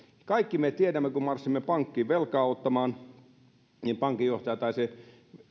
kaikki me tiedämme kun marssimme pankkiin velkaa ottamaan että pankinjohtaja tai se